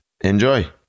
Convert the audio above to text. Enjoy